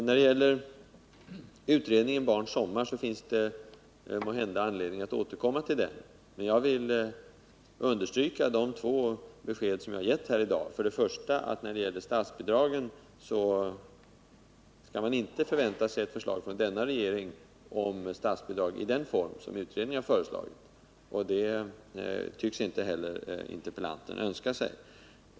När det gäller utredningen Barns sommar finns det måhända anledning att återkomma till den. Jag vill understryka de två besked som jag givit i dag. När det för det första gäller statsbidragen kan man inte förvänta sig ett förslag från den nu sittande regeringen om statsbidrag i den form som utredningen föreslagit. Det tycks interpellanten inte heller önska sig.